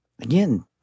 Again